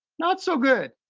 not so good.